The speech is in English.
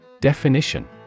Definition